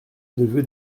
neveu